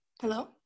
Hello